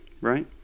right